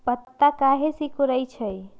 पत्ता काहे सिकुड़े छई?